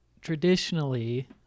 traditionally